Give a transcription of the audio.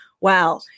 Wow